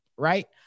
Right